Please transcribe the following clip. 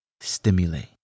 stimulate